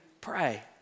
pray